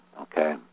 okay